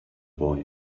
boy